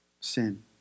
sin